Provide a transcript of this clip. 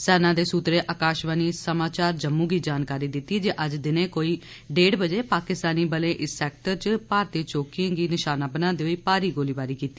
सेना दे सूत्रें आकाशवाणी समाचार जम्मू गी जानकारी दित्ती जे अज्ज दिनें कोई डेढ़ बजे पाकिस्तानी बलें इस सैक्टर च भारतीय चौकिए गी निशाना बनांदे होई भारी गोलाबारी कीती